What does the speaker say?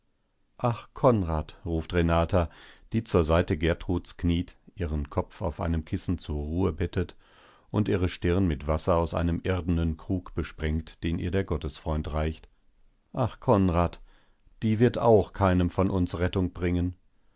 ach konrad ruft renata die zur seite gertruds kniet ihren kopf auf einem kissen zur ruhe bettet und ihre stirn mit wasser aus einem irdenen krug besprengt den ihr der gottesfreund reicht ach konrad die wird auch keinem von uns rettung bringen